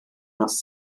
nos